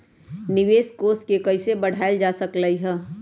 निवेश कोष के कइसे बढ़ाएल जा सकलई ह?